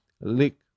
Lick